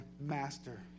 master